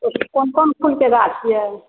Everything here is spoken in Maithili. कोन कोन फुलके गाछ यऽ